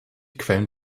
quellen